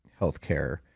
healthcare